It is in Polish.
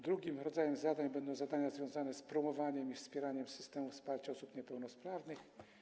Drugim rodzajem zadań będą zadania związane z promowaniem i wspieraniem systemu wsparcia osób niepełnosprawnych.